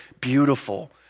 beautiful